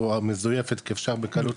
או מזויפת ואפשר בקלות,